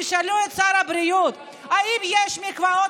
תשאלו את שר הבריאות אם יש מקוואות